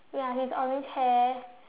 ya his orange hair